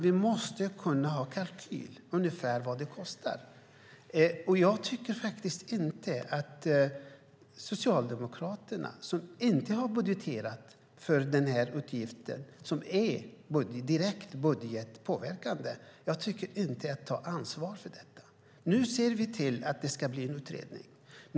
Vi måste ha en kalkyl över ungefär vad det kostar. Jag tycker faktiskt inte att Socialdemokraterna, som inte har budgeterat för denna utgift som är direkt budgetpåverkande, tar ansvar för detta. Nu ser vi till att det blir en utredning.